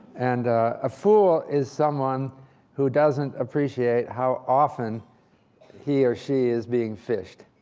and a phool is someone who doesn't appreciate how often he or she is being fished.